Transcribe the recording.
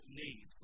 need